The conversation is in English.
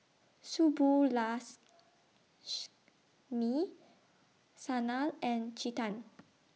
Sanal and Chetan